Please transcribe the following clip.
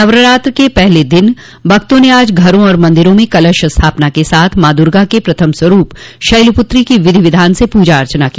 नवरात्र के पहले दिन भक्तों ने आज घरा और मंदिरों में कलश स्थापना के साथ माँ दुर्गा क प्रथम स्वरूप शैलपुत्री की विधि विधान से पूजा अर्चना की